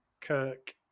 Kirk